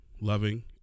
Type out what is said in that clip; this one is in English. loving